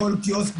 בכל קיוסק,